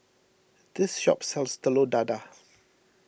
this shop sells Telur Dadah